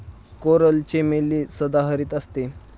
coral चमेली सदाहरित असते